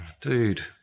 dude